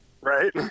Right